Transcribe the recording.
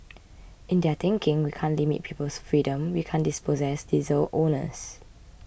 in their thinking we can't limit people's freedom we can't dispossess diesel owners